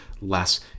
less